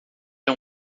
era